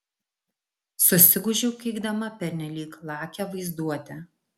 susigūžiau keikdama pernelyg lakią vaizduotę